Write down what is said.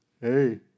hey